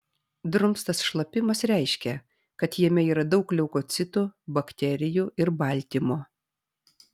drumstas šlapimas reiškia kad jame yra daug leukocitų bakterijų ir baltymo